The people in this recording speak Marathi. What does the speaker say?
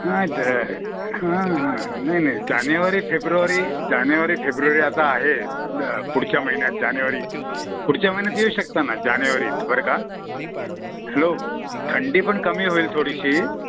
नाही द हां हां नाही नाही जानेवारी फेब्रुवारी जानेवारी फेब्रुवारी आता आहे द पुढच्या महिन्यात जानेवारी पुढच्या महिन्यात येऊ शकता ना जानेवारीत बर का हॅलो थंडी पण कमी होईल थोडीशी